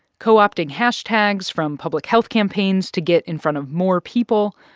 co-opting hashtags from public health campaigns to get in front of more people.